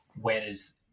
whereas